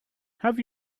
have